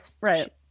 Right